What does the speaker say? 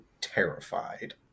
terrified